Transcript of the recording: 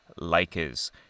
Lakers